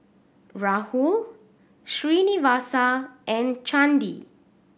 Rahul Srinivasa and Chandi